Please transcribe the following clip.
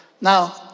Now